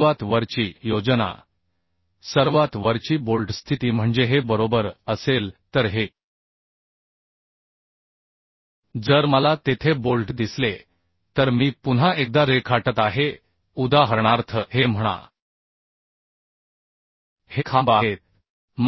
सर्वात वरची योजना सर्वात वरची बोल्ट स्थिती म्हणजे हे बरोबर असेल तर हे जर मला तेथे बोल्ट दिसले तर मी पुन्हा एकदा रेखाटत आहे उदाहरणार्थ हे म्हणा हे खांब आहेत